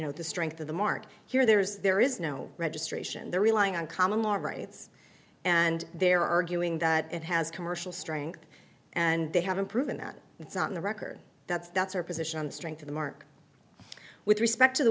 know the strength of the market here there is there is no registration they're relying on common law rights and they're arguing that it has commercial strength and they haven't proven that it's not in the record that's that's our position on the strength of the mark with respect to the